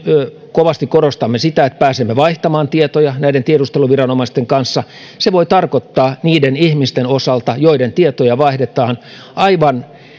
kovasti korostamme sitä että pääsemme vaihtamaan tietoja näiden tiedusteluviranomaisten kanssa se voi tarkoittaa niiden ihmisten osalta joiden tietoja vaihdetaan aivan